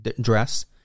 dress